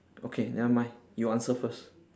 okay never mind you answer first